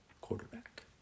quarterback